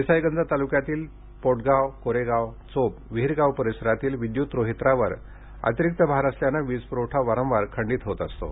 देसाईंगज ताल्क्यातील पोटगावं कोरेगाव चोप विहीरगाव परिसरातील विदयुत रोहित्रावर अतिरिक्त भार आल्याने वीजप्रवठा वारंवार खंडित होत असतो